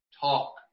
talk